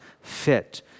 fit